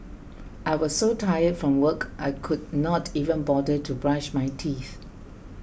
I was so tired from work I could not even bother to brush my teeth